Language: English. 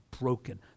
broken